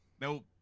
Nope